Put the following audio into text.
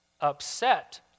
upset